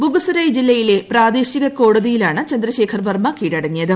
ബഗുസരയ് ജില്ലയിലെ പ്രാദേശിക കോടതിയിലാണ് ചന്ദ്രശേഖർ വർമ്മ കീഴടങ്ങിയത്